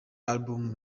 album